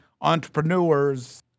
entrepreneurs